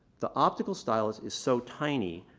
the optical stylus is so tiny,